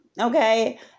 okay